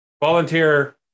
volunteer